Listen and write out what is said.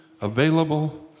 available